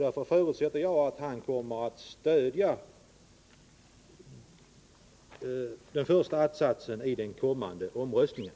Därför förutsätter jag att han kommer att stödja den första att-satsen i den kommande omröstningen.